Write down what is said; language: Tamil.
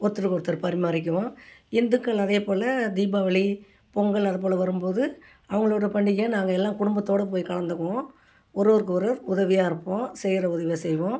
ஒருத்தருக்கு ஒருத்தர் பரிமாறிக்குவோம் இந்துக்கள் அதேபோல தீபாவளி பொங்கல் அதுபோல் வரும்போது அவங்களோட பண்டிகையை நாங்கள் எல்லாம் குடும்பத்தோடு போய் கலந்துக்குவோம் ஒருவருக்கு ஒருவர் உதவியாக இருப்போம் செய்கிற உதவியை செய்வோம்